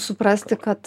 suprasti kad